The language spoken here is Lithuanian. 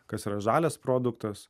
kas yra žalias produktas